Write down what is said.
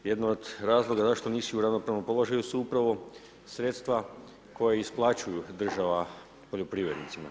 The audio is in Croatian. Jedno od razloga zašto nisu u ravnopravnom položaju su upravo sredstva koja isplaćuje država poljoprivrednicima.